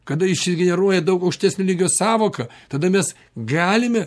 kada išgeneruoja daug aukštesnio lygio sąvoka tada mes galime